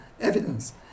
evidence